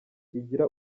igira